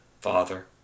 father